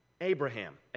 Abraham